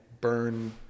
burn